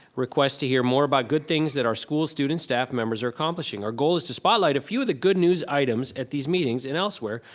request to hear more about good things that our school, students, staff members, are accomplishing. our goal is to spotlight a few of the good news items at these meetings and elsewhere,